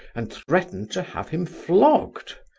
and threatened to have him flogged.